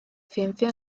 ciencia